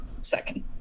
second